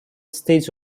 states